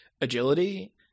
agility